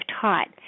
taught